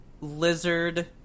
lizard